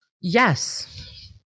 Yes